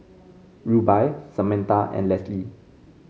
Rubye Samantha and Lesli